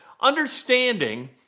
understanding